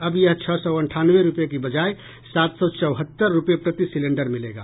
अब यह छह सौ अंठानवे रूपये की बजाय सात सौ चौहत्तर रूपये प्रति सिलेंडर मिलेगा